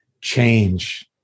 change